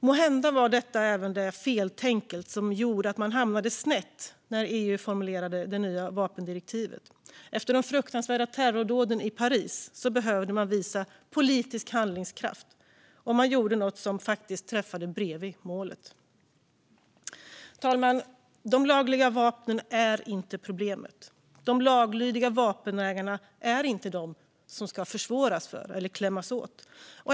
Måhända var det detta feltänk som gjorde att EU hamnade snett när man formulerade det nya vapendirektivet. Efter de fruktansvärda terrordåden i Paris behövde man visa politisk handlingskraft, men man träffade bredvid målet. Fru talman! De lagliga vapnen är inte problemet. De laglydiga vapenägarna är inte de som ska klämmas åt.